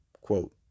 quote